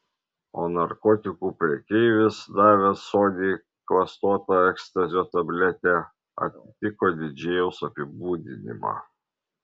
o narkotikų prekeivis davęs soniai klastotą ekstazio tabletę atitiko didžėjaus apibūdinimą